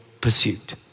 pursuit